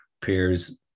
peers